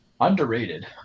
Underrated